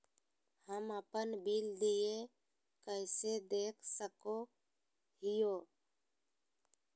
हम अपन बिल देय कैसे देख सको हियै?